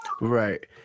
Right